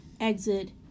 exit